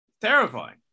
Terrifying